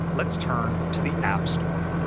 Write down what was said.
let's turn to the app store.